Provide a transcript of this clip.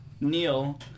Neil